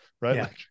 Right